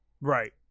right